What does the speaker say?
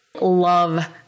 love